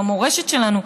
במורשת שלנו,